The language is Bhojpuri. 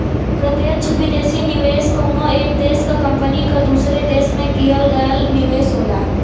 प्रत्यक्ष विदेशी निवेश कउनो एक देश क कंपनी क दूसरे देश में किहल गयल निवेश होला